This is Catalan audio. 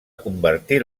convertir